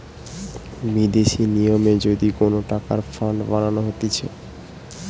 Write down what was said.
বিদেশি নিয়মে যদি কোন টাকার ফান্ড বানানো হতিছে